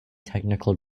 technical